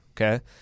Okay